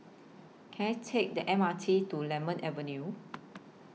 Can I Take The M R T to Lemon Avenue